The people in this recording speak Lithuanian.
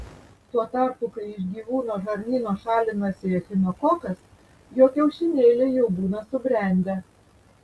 tuo tarpu kai iš gyvūno žarnyno šalinasi echinokokas jo kiaušinėliai jau būna subrendę